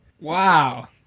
Wow